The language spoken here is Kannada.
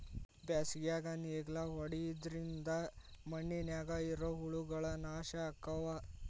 ಬ್ಯಾಸಿಗ್ಯಾಗ ನೇಗ್ಲಾ ಹೊಡಿದ್ರಿಂದ ಮಣ್ಣಿನ್ಯಾಗ ಇರು ಹುಳಗಳು ನಾಶ ಅಕ್ಕಾವ್